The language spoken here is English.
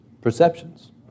perceptions